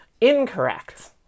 incorrect